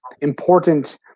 important